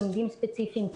לומדים ספציפיים,